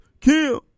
Kim